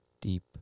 deep